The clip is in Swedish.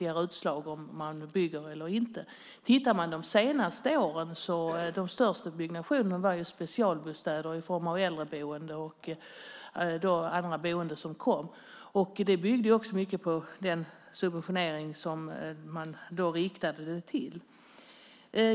ger utslag och visar på om man bygger eller inte. Under de senaste åren har de största byggnationerna varit specialbostäder i form av äldreboende och andra boenden. Det byggde mycket på den subventionering som då riktades till det.